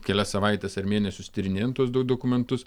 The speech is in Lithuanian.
kelias savaites ar mėnesius tyrinėjant tuos do dokumentus